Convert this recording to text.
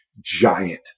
giant